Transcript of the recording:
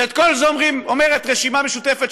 ואת כל זה אומרת הרשימה המשותפת,